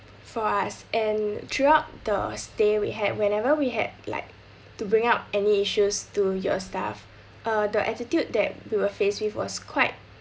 for us and throughout the stay we had whenever we had like to bring out any issues to your staff uh the attitude that we were faced it was quite